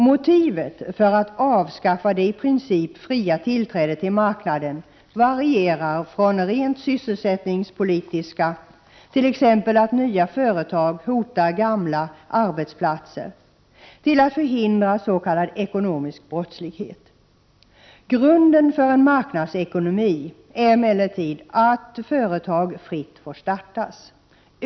Motiven för att avskaffa det i princip fria tillträdet till marknaden varierar från rent sysselsättningspolitiska, t.ex. att nya företag hotar gamla arbetsplatser, till att förhindra s.k. ekonomisk brottslighet. Grunden för en marknadsekonomi är emellertid att företag fritt får startas.